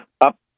up